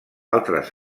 altres